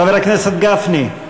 חבר הכנסת גפני?